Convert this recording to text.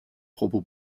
propos